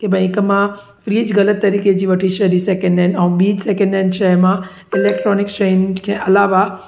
की भाई हिकु मां फ्रिज ग़लति तरीक़े जी वठी छॾी सेकेंड हैंड ऐं ॿीं सैकेंड हैंड शइ मां इलैक्ट्रॉनिक शयुनि खे अलावा